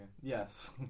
Yes